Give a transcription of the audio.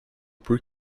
por